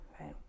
right